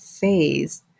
phase